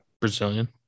Brazilian